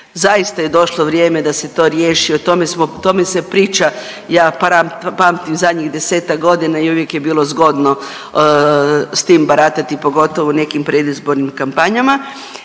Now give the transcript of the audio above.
zaista je došlo vrijeme da se to riješi, o tome smo, o tome se priča ja pamtim zadnjih 10-tak godina i uvijek je bilo zgodno s tim baratati pogotovo u nekim predizbornim kampanjama.